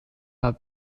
had